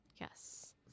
yes